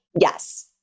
Yes